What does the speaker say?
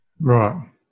Right